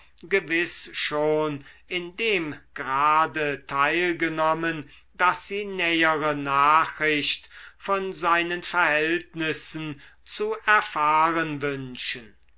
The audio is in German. schon in dem grade teilgenommen daß sie nähere nachricht von seinen verhältnissen zu erfahren wünschen